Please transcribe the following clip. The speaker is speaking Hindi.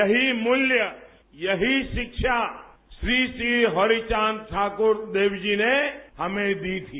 यहीं मूल्य यहीं शिक्षा श्री श्री हरिचांद ठाकुर देव जी ने हमें दी थी